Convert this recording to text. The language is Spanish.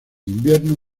invierno